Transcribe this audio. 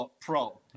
Pro